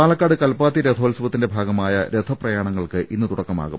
പാലക്കാട് കല്പാത്തി രഥോത്സവത്തിന്റെ ഭാഗമായ രഥപ്രയാണങ്ങൾക്കു ഇന്ന് തുടക്കമാകും